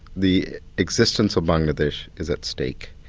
the existence of bangladesh is at stake,